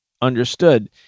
understood